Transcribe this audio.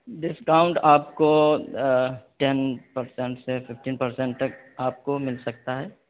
discount آپ کو ten per cent سے ففٹین پر سینٹ تک آپ کو مل سکتا ہے